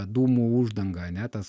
dūmų uždanga ane tas